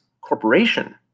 Corporation